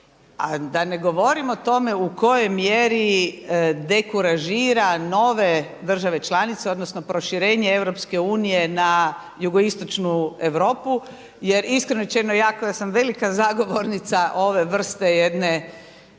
da ne govorim o tome u kojoj mjeri dekuražira nove države članice, odnosno proširenje EU na jugoistočnu Europu. Jer iskreno rečeno ja koja sam velika zagovornica ove vrste jedne